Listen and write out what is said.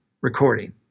recording